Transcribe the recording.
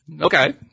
Okay